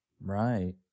right